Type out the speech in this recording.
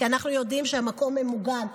כי אנחנו יודעים שהמקום ממוגן.